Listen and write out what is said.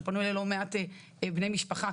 שפנו אליי לא מעט בני משפחה,